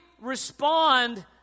respond